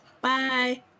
Bye